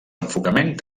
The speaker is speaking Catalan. enfocament